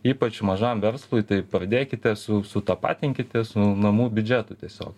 ypač mažam verslui tai pradėkite su sutapatinkite su namų biudžetu tiesiog